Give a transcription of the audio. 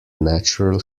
natural